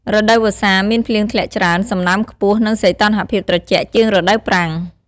រដូវវស្សាមានភ្លៀងធ្លាក់ច្រើន សំណើមខ្ពស់ និងសីតុណ្ហភាពត្រជាក់ជាងរដូវប្រាំង។